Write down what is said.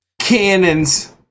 cannons